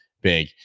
big